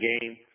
game